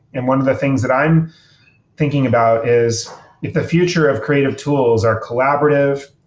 and one of the things that i'm thinking about is if the future of creative tools are collaborative,